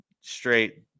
straight